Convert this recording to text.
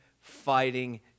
fighting